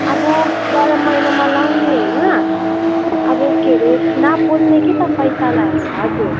अब गरम महिनामा लगाउने होइन अब के अरे नपोल्ने के त्यो पाइतालाहरू हजुर